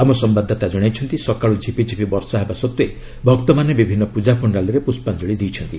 ଆମ ସମ୍ଭାଦଦାତା ଜଣାଇଛନ୍ତି ସକାଳୁ ଝିପିଝିପି ବର୍ଷା ହେବା ସତ୍ତେ ଭକ୍ତମାନେ ବିଭିନ୍ନ ପୂଜା ପଣ୍ଡାଲ୍ରେ ପୁଷ୍ପାଞ୍ଜଳି ଦେଇଛନ୍ତି